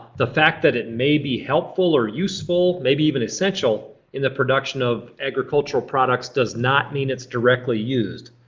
the fact that it may be helpful or useful, maybe even essential in the production of agricultural products does not mean it's directly used.